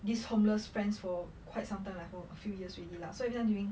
this homeless friends for quite sometime for a few years already lah so everytime during